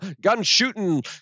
gun-shooting